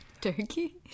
Turkey